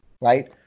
right